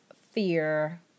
fear